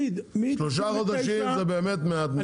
שלושה חודשים זה באמת מעט מידי.